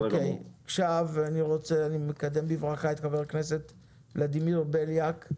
אני מקדם בברכה את חבר הכנסת ולדימיר בליאק.